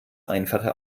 einfache